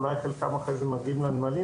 אולי חלקם מגיעים לנמלים,